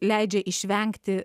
leidžia išvengti